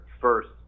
first